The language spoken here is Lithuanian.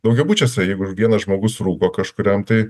daugiabučiuose jeigu vienas žmogus rūko kažkuriam tai